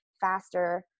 faster